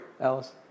Alice